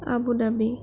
Abu Dhabi